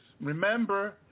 Remember